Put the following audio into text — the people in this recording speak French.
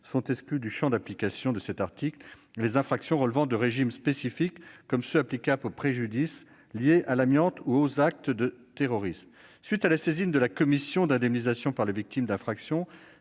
Sont exclues du champ d'application de cet article les infractions relevant de régimes spécifiques, comme ceux qui sont applicables aux préjudices liés à l'amiante ou aux actes de terrorisme. Quand elle est saisie, la commission d'indemnisation des victimes d'infractions